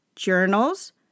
journals